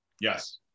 yes